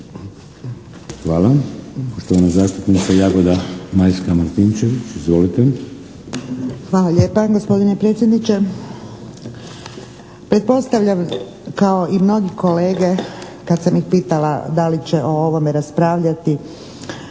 Izvolite! **Martinčević, Jagoda Majska (HDZ)** Hvala lijepa, gospodine predsjedniče. Pretpostavljam kao i mnogi kolege kad sam ih pitala da li će o ovome raspravljati